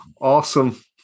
awesome